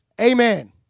Amen